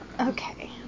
Okay